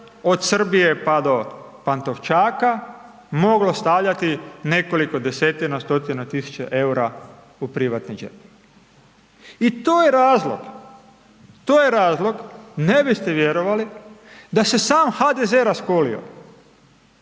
od Srbije pa do Pantovčaka, moglo stavljati nekoliko desetina, stotina tisuća eura u privatni džep. I to je razlog, to je razlog, ne biste vjerovali da se sam HDZ raskolio,